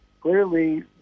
Clearly